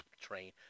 train